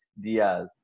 Diaz